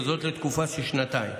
וזאת לתקופה של שנתיים.